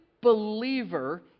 believer